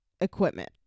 equipment